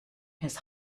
his